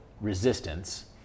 resistance